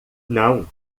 não